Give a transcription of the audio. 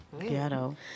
Ghetto